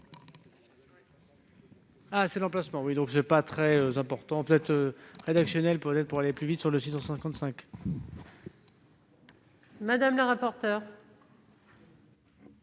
Madame la rapporteure,